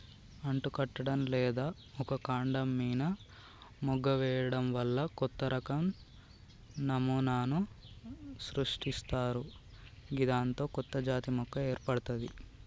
అంటుకట్టడం లేదా ఒక కాండం మీన మొగ్గ వేయడం వల్ల కొత్తరకం నమూనాను సృష్టిస్తరు గిదాంతో కొత్తజాతి మొక్క ఏర్పడ్తది